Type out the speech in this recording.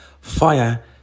fire